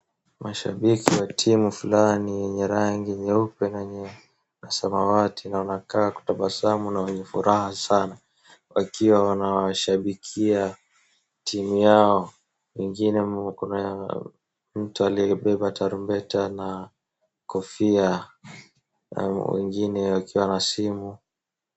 Mashabiki wa timu fulani, yenye rangi nyeupe na samawati na unaka kutabasamu mwenye furaha sana. Wakiwa wana washabikia timu yao, wengine kuna mtu aliyebeba tarubeta na kofia wengine wakiwa na simu.